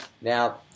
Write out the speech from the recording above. now